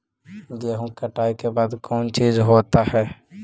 गेहूं कटाई के बाद का चीज होता है?